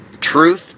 Truth